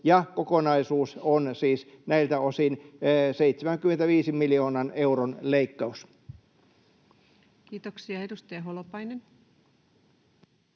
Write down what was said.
kokonaisuus on siis näiltä osin 75 miljoonan euron leikkaus. Kiitoksia. — Edustaja Holopainen.